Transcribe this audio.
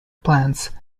plants